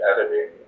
editing